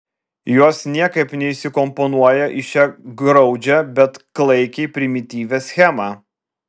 jos niekaip neįsikomponuoja į šią graudžią bet klaikiai primityvią schemą